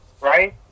right